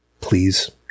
Please